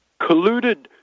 colluded